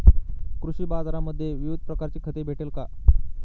कृषी बाजारांमध्ये विविध प्रकारची खते भेटेल का?